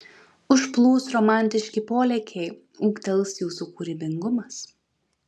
užplūs romantiški polėkiai ūgtels jūsų kūrybingumas